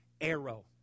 arrow